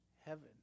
heaven